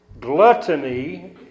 Gluttony